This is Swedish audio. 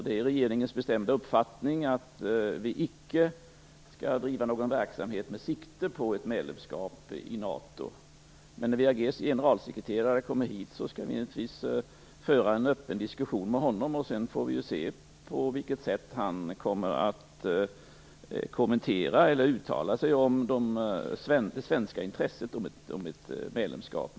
Det är regeringens bestämda uppfattning att vi icke skall driva någon verksamhet med sikte på ett medlemskap i NATO. När WEAG:s generalsekreterare kommer hit skall vi naturligtvis föra en öppen diskussion med honom, och sedan får vi se på vilket sätt han kommer att kommentera eller uttala sig om det svenska intresset för ett medlemskap.